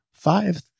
Five